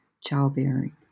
childbearing